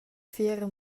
fiera